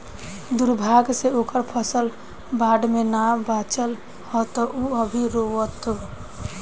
दुर्भाग्य से ओकर फसल बाढ़ में ना बाचल ह त उ अभी रोओता